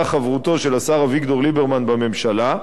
חברותו של השר אביגדור ליברמן בממשלה,